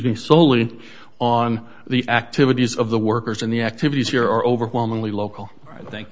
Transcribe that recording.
me soley on the activities of the workers and the activities here are overwhelmingly local i think